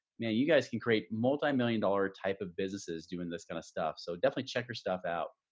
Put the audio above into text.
now, you guys can create multimillion dollar type of businesses doing this kind of stuff. so definitely check your stuff out.